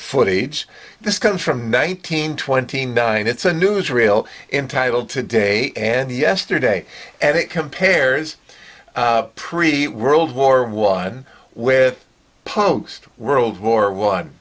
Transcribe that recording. footage this comes from nineteen twenty nine it's a newsreel entitled today and yesterday and it compares preheat world war one with post world war one